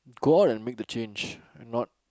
go out and make the change and not